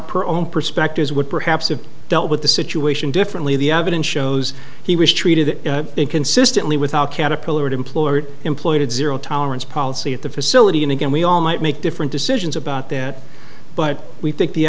own perspectives would perhaps have dealt with the situation differently the evidence shows he was treated that inconsistently without caterpillar an employer employee did zero tolerance policy at the facility and again we all might make different decisions about that but we think the